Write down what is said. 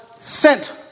sent